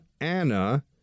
anna